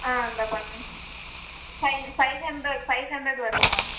ஆ இந்த பண்ணு five five hundred five hundred வருதும்மா